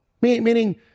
meaning